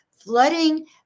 flooding